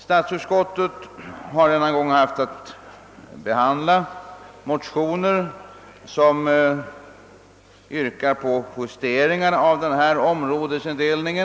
Statsutskottet har denna gång haft att behandla motioner som yrkar på justeringar av denna områdesindelning.